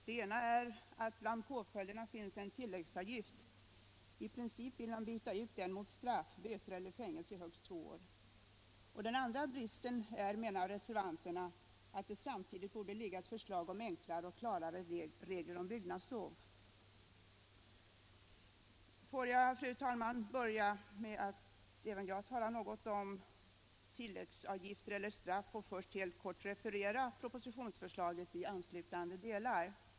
Den ena är att bland påföljderna finns en tilläggsavgift. I princip vill de byta ut den mot straff — böter eller fängelse i högst två år. Den andra bristen är, menar reservanterna, att det samtidigt borde föreligga ett förslag till enklare och klarare regler om byggnadslov. Får jag, fru talman, börja även jag med att tala något om tilläggsavgifter och straff och först helt kort referera propositionsförslaget i anslutande deiar.